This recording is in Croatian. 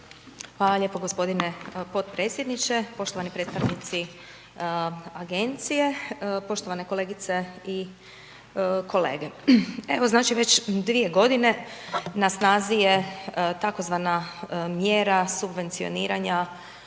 Hvala lijepo gospodine potpredsjedniče, poštovani predstavnici agencije, poštovane kolegice i kolege. Evo znači već 2 g. na snazi je tzv. mjera subvencioniranja